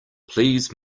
please